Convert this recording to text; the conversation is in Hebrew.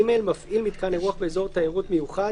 (ג)מפעיל מיתקן אירוח באזור תיירות מיוחד